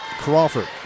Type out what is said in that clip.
Crawford